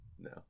no